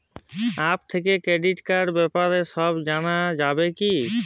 App থেকে credit কার্ডর ব্যাপারে সব জানা যাবে কি?